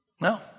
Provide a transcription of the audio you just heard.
No